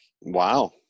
Wow